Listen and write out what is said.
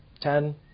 ten